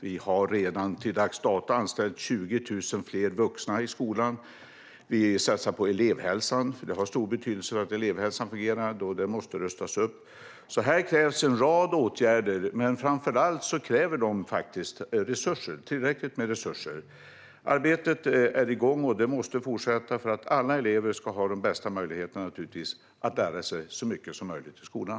Vi har redan till dags dato anställt 20 000 fler vuxna i skolan. Vi satsar på elevhälsan. Det har stor betydelse hur elevhälsan fungerar, och den måste rustas upp. Här krävs en rad åtgärder, men framför allt kräver de tillräckligt med resurser. Arbetet är igång och måste fortsätta för att alla elever ska ha de bästa möjligheterna att lära sig så mycket som möjligt i skolan.